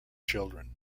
children